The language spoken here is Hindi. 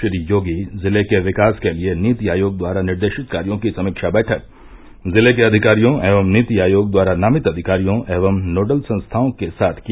श्री योगी जिले के विकास के लिए नीति आयोग द्वारा निर्देशित कार्यो की समीक्षा बैठक जिले के अधिकारियों एवं नीति आयोग द्वारा नामित अधिकारियों एवं नोडल संस्थाओं के साथ किया